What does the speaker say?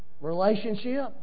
relationship